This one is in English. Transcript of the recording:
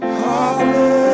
hallelujah